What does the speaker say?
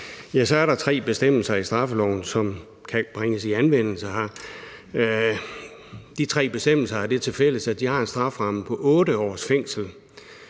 se, at der er tre bestemmelser i straffeloven, som kan bringes i anvendelse. De tre bestemmelser har det tilfælles, at de har en strafferamme på 8 års fængsel.